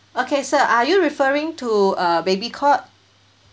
okay sir are you referring to a baby cot